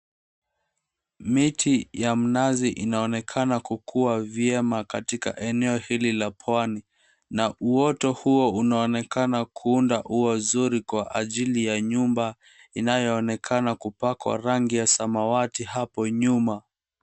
Miti ya mnazi inaonekana kukuwa vyema katika eneo hili la pwani na uoto huo unaonekana kuunda ua uzuri kwa ajili ya nyumba inayoonekana kupakwa rangi ya samawati hapo nyuma.